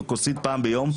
כוס פעם ביום,